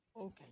Okay